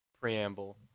preamble